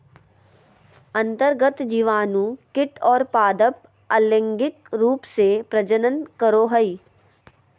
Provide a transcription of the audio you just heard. अन्तर्गत जीवाणु कीट और पादप अलैंगिक रूप से प्रजनन करो हइ